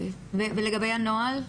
לגבי הנוהל: